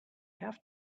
have